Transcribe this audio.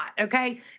okay